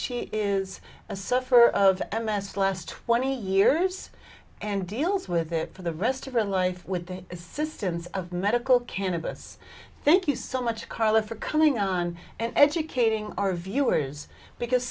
she is a sufferer of m s last twenty years and deals with it for the rest of her life with the assistance of medical cannabis thank you so much carla for coming on and educating our viewers because